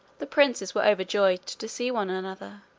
the princes were overjoyed to see one another,